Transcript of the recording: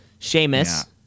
Seamus